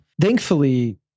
Thankfully